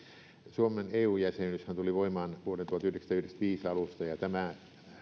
suomen eu jäsenyyshän tuli voimaan vuoden tuhatyhdeksänsataayhdeksänkymmentäviisi alusta ja tämä